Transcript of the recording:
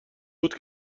بود